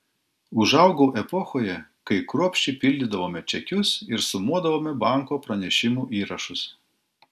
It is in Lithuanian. užaugau epochoje kai kruopščiai pildydavome čekius ir sumuodavome banko pranešimų įrašus